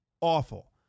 awful